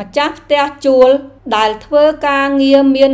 ម្ចាស់ផ្ទះជួលដែលធ្វើការងារមាន